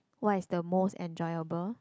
what is the most enjoyable